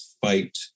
fight